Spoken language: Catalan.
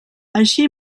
així